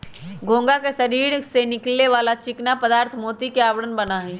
घोंघा के शरीर से निकले वाला चिकना पदार्थ मोती के आवरण बना हई